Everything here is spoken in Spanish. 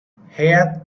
heath